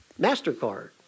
MasterCard